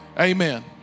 Amen